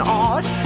art